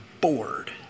bored